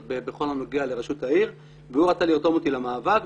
בכל הנוגע לראשות העיר והוא רצה לרתום אותי למאבק.